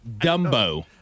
dumbo